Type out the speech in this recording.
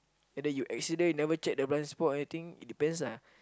and then you accident you never check the blind spot everything it depends lah